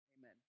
Amen